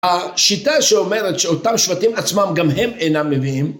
השיטה שאומרת שאותם שבטים עצמם גם הם אינם מביאים